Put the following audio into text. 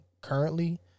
currently